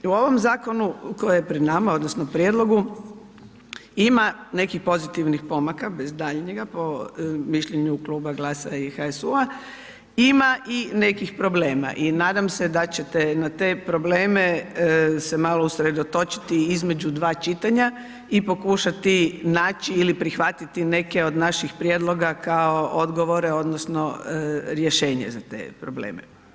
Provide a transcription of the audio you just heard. U ovom zakonu koji je pred nama odnosno prijedlogu ima nekih pozitivnih pomaka bez daljnjega po mišljenju kluba GLAS-a i HSU-a, ima i nekih problema i nadam se da ćete na te probleme se malo usredotočiti između dva čitanja i pokušati naći ili prihvatiti neke od naših prijedloga kao odgovore odnosno rješenje za te probleme.